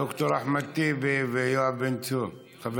ד"ר אחמד טיבי וחבר הכנסת